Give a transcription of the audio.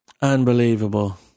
unbelievable